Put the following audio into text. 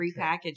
prepackaged